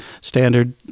standard